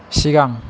सिगां